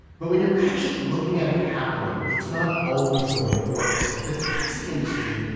but when you're actually looking at it happening, it's not always the way it works. with the taxi industry,